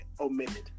omitted